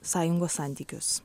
sąjungos santykius